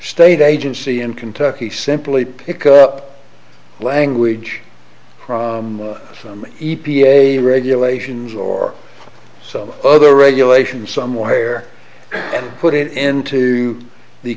state agency in kentucky simply pick up language from some e p a regulations or some other regulation somewhere and put it into the